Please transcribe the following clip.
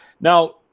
Now